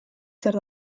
zer